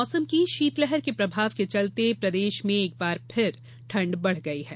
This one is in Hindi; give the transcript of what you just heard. मौसम शीतलहर के प्रभाव के चलते प्रदेश में एक बार फिर से ठंड बड़ गई है